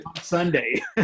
Sunday